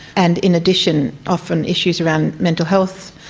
and in addition often issues around mental health,